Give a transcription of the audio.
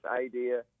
idea